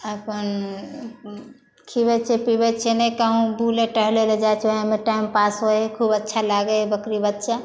अपन खिएबै पिएबै छियै नहि कहूँ बूलै टहलै लए जाइ छियै हमर टाइम पास होइ हइ खूब अच्छा लागै हइ बकरी बच्चा